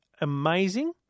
amazing